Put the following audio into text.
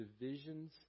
divisions